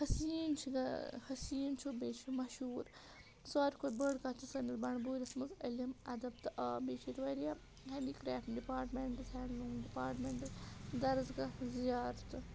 حسیٖن چھِ حسیٖن چھُ بیٚیہِ چھُ مشہوٗر ساروی کھۄتہٕ بٔڑ کَتھ چھِ سٲنِس بنٛڈپوٗرِس منٛز علم اَدَب تہٕ آب بیٚیہِ چھِ ییٚتہِ واریاہ ہینٛڈیکرٛافٹ ڈِپاٹمٮ۪نٛٹٕس ہینٛڈلوٗم ڈِپاٹمٮ۪نٛٹ درسگاہ زِیارتہٕ